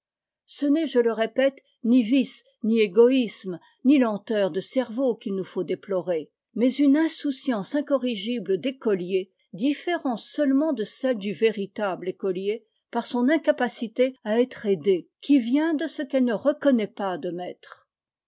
ce n'est je le répète ni vice ni égoïsme ni lenteur de cerveau qu'il nous faut déplorer mais une insouciance incorrigible d'écoliers différant séulement de celle du véritable écolier par son incapacité à être aidée qui vient de ce qu'elle ne reconnaît pas de maître